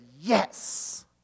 yes